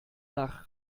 nach